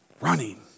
running